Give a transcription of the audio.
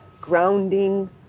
grounding